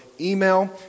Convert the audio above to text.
email